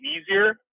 easier